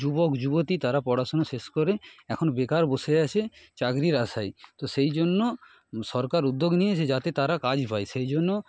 যুবক যুবতী তারা পড়াশোনা শেষ করে এখন বেকার বসে আছে চাকরির আশায় তো সেই জন্য সরকার উদ্যোগ নিয়েছে যাতে তারা কাজ পায় সেই জন্য